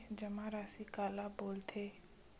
जमा राशि काला बोलथे?